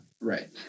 Right